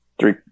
three